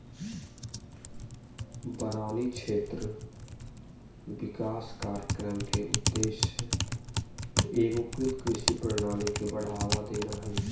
बारानी क्षेत्र विकास कार्यक्रम के उद्देश्य एगोकृत कृषि प्रणाली के बढ़ावा देना हइ